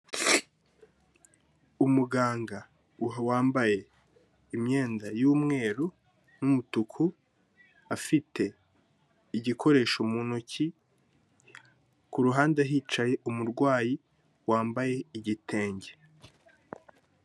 Umuganga wambaye imyenda y'umweru n'umutuku, afite igikoresho mu ntoki ku ruhande hicaye umurwayi wambaye igitenge.